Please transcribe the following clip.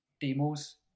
demos